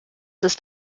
ist